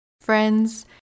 Friends